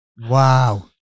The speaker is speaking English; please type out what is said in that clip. Wow